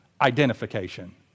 identification